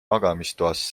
magamistoas